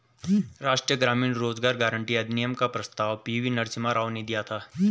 राष्ट्रीय ग्रामीण रोजगार गारंटी अधिनियम का प्रस्ताव पी.वी नरसिम्हा राव ने दिया था